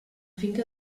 finca